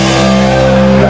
so